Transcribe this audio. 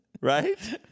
right